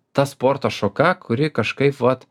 ta sporto šaka kuri kažkaip vat